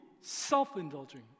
self-indulging